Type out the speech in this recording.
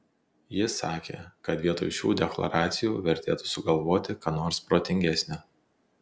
jis sakė kad vietoj šių deklaracijų vertėtų sugalvoti ką nors protingesnio